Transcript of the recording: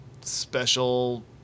special